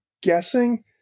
guessing